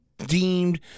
deemed